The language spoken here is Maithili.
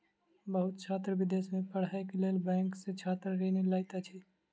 बहुत छात्र विदेश में पढ़ैक लेल बैंक सॅ छात्र ऋण लैत अछि